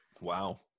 wow